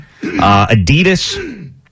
Adidas